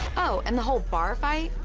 oh, and the whole bar fight?